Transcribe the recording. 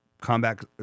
combat